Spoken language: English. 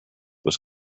was